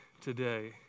today